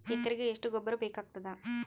ಎಕರೆಗ ಎಷ್ಟು ಗೊಬ್ಬರ ಬೇಕಾಗತಾದ?